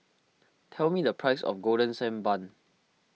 tell me the price of Golden Sand Bun